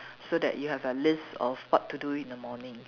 so that you have a list of what to do in the morning